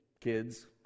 kids